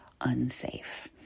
unsafe